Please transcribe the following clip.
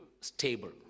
stable